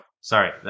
Sorry